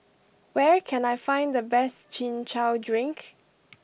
where can I find the best Chin Chow Drink